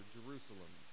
Jerusalem